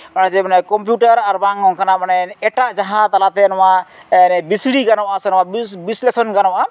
computer ᱟᱨ ᱵᱟᱝ ᱚᱱᱠᱟᱱᱟᱜ ᱮᱴᱟᱜ ᱡᱟᱦᱟᱸ ᱛᱟᱞᱟᱛᱮ ᱱᱚᱣᱟ ᱵᱤᱥᱲᱤ ᱜᱟᱱᱚᱜᱼᱟ ᱥᱮ ᱵᱤᱥᱞᱮᱥᱚᱱ ᱜᱟᱱᱚᱜᱼᱟ